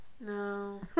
No